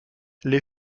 les